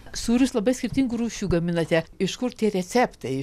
sūrius labai skirtingų rūšių gaminate iš kur tie receptai